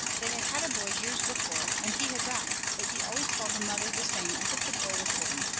they had had a boy years before, and he had died, but he always called her mother the same as if the boy was living.